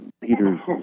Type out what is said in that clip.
Peter